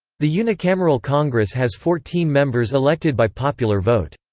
the unicameral congress has fourteen members elected by popular vote.